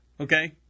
Okay